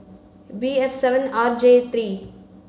B F seven R J three